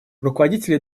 руководители